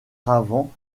raven